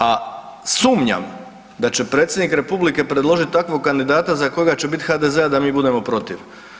A sumnjam da će predsjednik Republike predložiti takvog kandidata za kojega će biti HDZ a da mi budemo protiv.